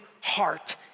heart